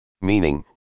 Meaning